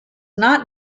not